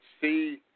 see